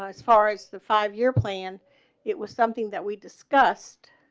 ah as far as the five year plan it was something that we discussed